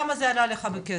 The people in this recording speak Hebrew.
כמה זה עלה לך בכסף?